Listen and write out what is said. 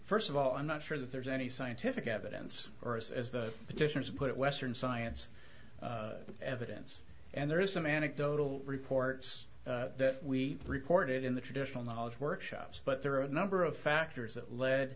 first of all i'm not sure that there's any scientific evidence for us as the petitioners put western science evidence and there is some anecdotal reports that we reported in the traditional knowledge workshops but there are a number of factors that le